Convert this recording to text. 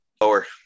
Lower